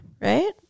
Right